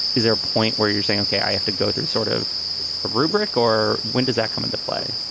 is there a point where you're saying, okay, i have to go through sort of a rubric or when does that come into play,